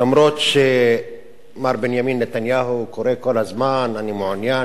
למרות שמר בנימין נתניהו קורא כל הזמן: אני מעוניין,